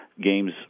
games